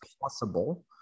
possible